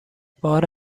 بار